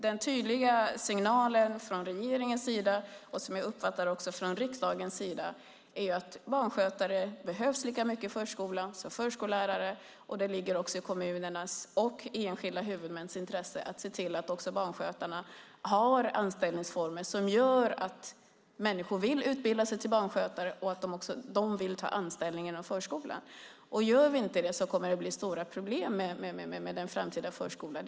Den tydliga signalen från regeringens sida, och som jag uppfattar från riksdagens sida, är att barnskötare behövs lika mycket i förskolan som förskollärare. Det ligger också i kommunernas och i enskilda huvudmäns intresse att se till att också barnskötarna har anställningsformer som gör att människor vill utbilda sig till barnskötare och ta anställning inom förskolan. Gör vi inte så blir det stora problem med en framtida förskola.